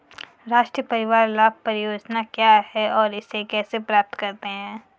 राष्ट्रीय परिवार लाभ परियोजना क्या है और इसे कैसे प्राप्त करते हैं?